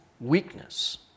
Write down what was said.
weakness